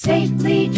Safely